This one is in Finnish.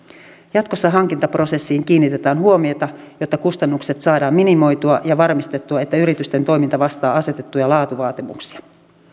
jatkossa hankintaprosessiin kiinnitetään huomiota jotta kustannukset saadaan minimoitua ja varmistettua että yritysten toiminta vastaa asetettuja laatuvaatimuksia